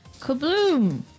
Kabloom